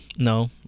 No